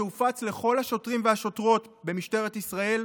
שהופץ לכל השוטרים והשוטרות במשטרת ישראל,